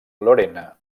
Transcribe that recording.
lorena